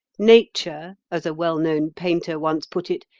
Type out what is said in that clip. nature, as a well known painter once put it,